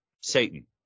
Satan